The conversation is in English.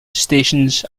stations